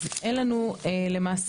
אז אין לנו למעשה,